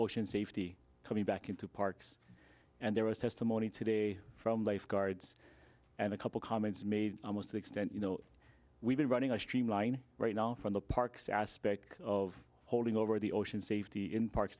ocean safety coming back into parks and there was testimony today from lifeguards and a couple comments made almost the extent you know we've been running a streamline right now from the parks aspect of hauling over the ocean safety in parks